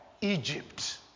Egypt